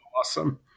awesome